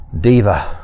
diva